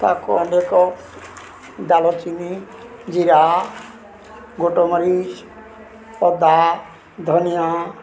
ତାକୁ ଅନେକ ଡାଲଚିନି ଜିରା ଗୋଲମରିଚ ଅଦା ଧନିଆ